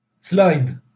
slide